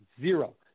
zero